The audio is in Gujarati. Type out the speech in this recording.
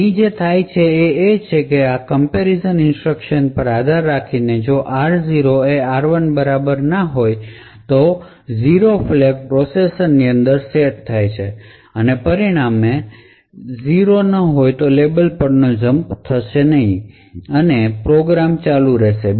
અહીં જે થાય છે તે એ છે કે આ કમપેરીઝન ઇન્સટ્રકશન પર આધાર રાખીને જો r0 એ r1 ની બરાબર હોય તો 0 ફ્લેગ પ્રોસેસર ની અંદર સેટ થાય છે અને પરિણામે 0 ના હોય તો લેબલ પરનો જંપ થશે નહીં અને પ્રોગ્રામ ચાલુ રહેશે